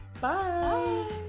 Bye